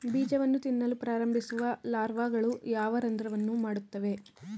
ಬೀಜವನ್ನು ತಿನ್ನಲು ಪ್ರಾರಂಭಿಸುವ ಲಾರ್ವಾಗಳು ಯಾವ ರಂಧ್ರವನ್ನು ಮಾಡುತ್ತವೆ?